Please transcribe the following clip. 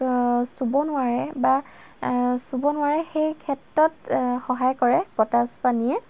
চুব নোৱাৰে বা চুব নোৱাৰে সেই ক্ষেত্ৰত সহায় কৰে পতাছ পানীয়ে